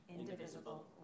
indivisible